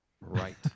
Right